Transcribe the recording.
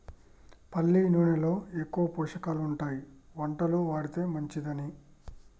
పల్లి నూనెలో ఎక్కువ పోషకాలు ఉంటాయి వంటలో వాడితే మంచిదని